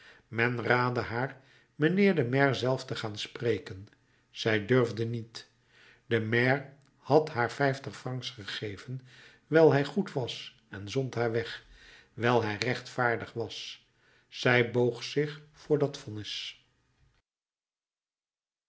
men raadde haar mijnheer den maire zelf te gaan spreken zij durfde niet de maire had haar vijftig francs gegeven wijl hij goed was en zond haar weg wijl hij rechtvaardig was zij boog zich voor